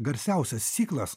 garsiausias ciklas